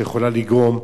שיכולה לגרום,